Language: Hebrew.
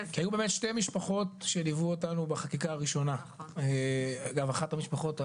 היו באמת שתי משפחות שליוו אותנו בחקיקה הראשונה וגם אחת המשפחות,